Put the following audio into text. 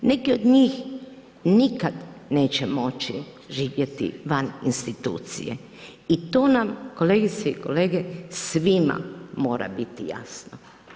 Neki od njih nikada neće moći živjeti van institucije i to nam kolegice i kolege svima mora biti jasno.